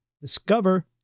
discover